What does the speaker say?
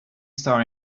star